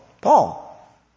Paul